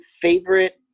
favorite